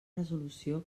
resolució